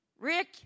Rick